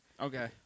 Okay